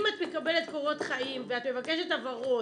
אם את מקבלת קורות חיים ואת מבקשת הבהרות